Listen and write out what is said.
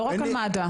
לא רק על מד"א.